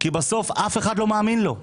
כי בסוף אף אחד לא מאמין לו.